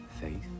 Faith